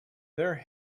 their